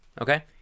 Okay